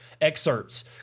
Excerpts